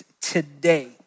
today